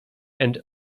and